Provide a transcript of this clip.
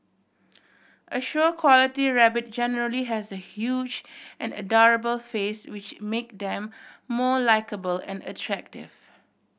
a show quality rabbit generally has a huge and adorable face which make them more likeable and attractive